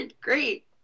great